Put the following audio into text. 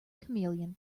chameleon